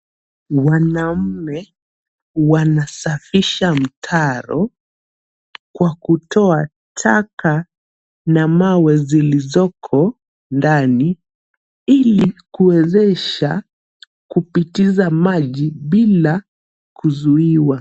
Wanaume wanasafisha mtaro kwa kutoa taka na mawe zilizoko ndani ili kuwezesha kupitisha maji bila kuzuiwa.